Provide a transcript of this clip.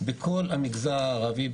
בכל המגזר הערבי,